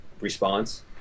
response